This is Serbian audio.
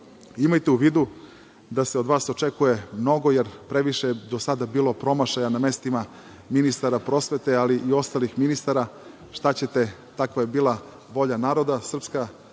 u vidu da se od vas očekuje mnogo, jer previše je do sada bilo promašaja na mestima ministara prosvete ali i ostalih ministara. Šta ćete, takva je bila volja naroda.